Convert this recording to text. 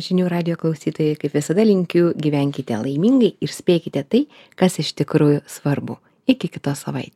žinių radijo klausytojai kaip visada linkiu gyvenkite laimingai ir spėkite tai kas iš tikrųjų svarbu iki kitos savaitės